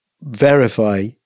verify